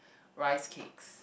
rice cakes